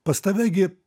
pas tave gi